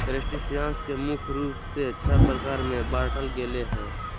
crustaceans के मुख्य रूप से छः प्रकार में बांटल गेले हें